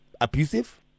abusive